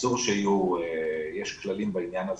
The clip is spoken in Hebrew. יש כללים בעניין הזה,